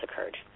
occurred